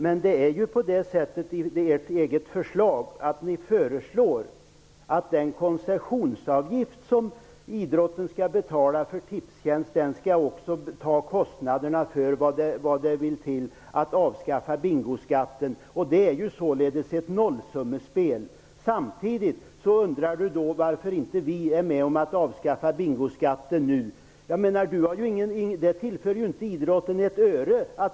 Men det är ju så, att i ert eget förslag skall den koncessionsavgift som idrotten skall betala för AB Tipstjänst också innehålla kostnaderna för ett avskaffande av bingoskatten. Det är ju således ett nollsummespel. Samtidigt undrar Stig Bertilsson varför vi socialdemokrater inte vill vara med om att avskaffa bingoskatten nu. Men att göra det tillför ju inte idrotten ett öre.